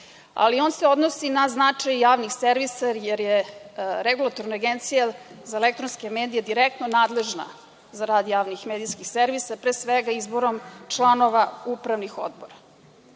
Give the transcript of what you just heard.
ali ona se odnosi na značaj javnih servisa jer je regulatorna agencija za elektronske medije direktno nadležna za rad javnih medijskih servisa, pre svega izborom članova upravnih odbora.